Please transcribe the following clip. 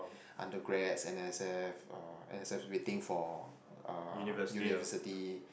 undergrads N_S_F uh N_S_F waiting for uh university